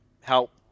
help